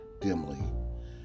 dimly